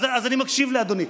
אז אני מקשיב לאדוני.